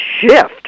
shift